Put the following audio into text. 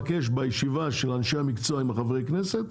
בישיבה עם אנשי המקצוע עם חברי הכנסת,